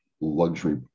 luxury